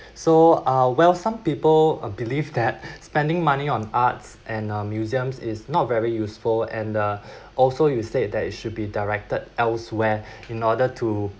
so uh while some people believe that spending money on arts and uh museums is not very useful and uh also you said that it should be directed elsewhere in order to